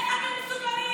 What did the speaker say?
איך אתם מסוגלים?